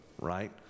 right